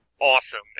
awesome